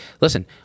Listen